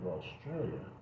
Australia